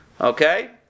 Okay